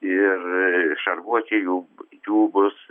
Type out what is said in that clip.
ir šarvuočiai jų jų bus